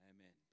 Amen